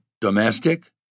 Domestic